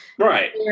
right